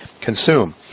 consume